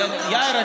אבל יאיר,